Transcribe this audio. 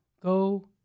go